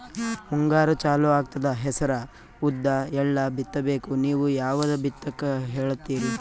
ಮುಂಗಾರು ಚಾಲು ಆಗ್ತದ ಹೆಸರ, ಉದ್ದ, ಎಳ್ಳ ಬಿತ್ತ ಬೇಕು ನೀವು ಯಾವದ ಬಿತ್ತಕ್ ಹೇಳತ್ತೀರಿ?